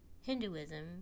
Hinduism